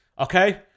Okay